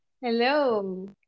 Hello